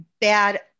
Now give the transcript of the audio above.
bad